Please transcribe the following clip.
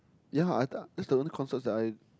ya I thought that's the only concerts that I